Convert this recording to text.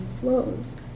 flows